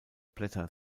blätter